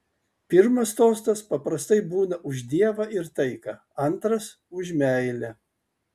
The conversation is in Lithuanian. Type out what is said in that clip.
pirmas tostas paprastai būna už dievą ir taiką antras už meilę